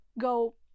go